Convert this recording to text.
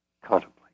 contemplate